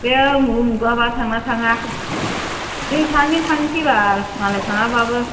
बे उमुग उमुगआबा थाङोना थाङा जों सानैजों थांनोसैबाल मालाय थाङाबाबो